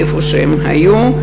איפה שהם היו,